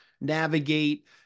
navigate